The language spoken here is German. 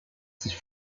sich